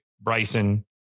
Bryson